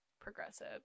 progressive